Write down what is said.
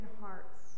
hearts